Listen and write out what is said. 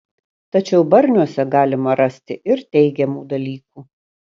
tačiau barniuose galima rasti ir teigiamų dalykų